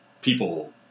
people